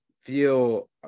feel